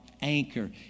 anchor